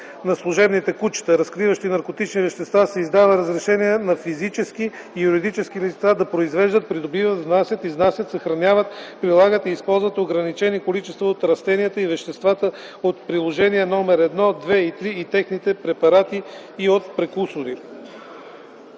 на служебните кучета, разкриващи наркотични вещества, се издава разрешение на физически и юридически лица да произвеждат, придобиват, внасят, изнасят, съхраняват, прилагат и използват ограничени количества от растенията и веществата от приложения № 1, 2 и 3 и техни препарати и от прекурсори.”